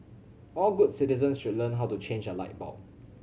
all good citizens should learn how to change a light bulb